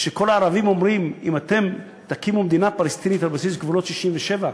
כשכל הערבים אומרים: אם אתם תקימו מדינה פלסטינית על בסיס גבולות 67'